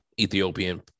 Ethiopian